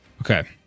Okay